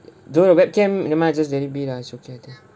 don't know webcam nevermind just let it be lah it's okay I think